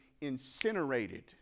incinerated